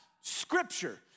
scripture